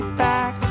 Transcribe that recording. back